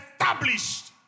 established